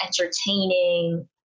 entertaining